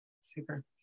Super